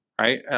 right